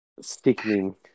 Sticking